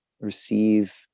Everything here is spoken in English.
receive